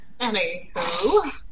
Anywho